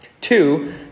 Two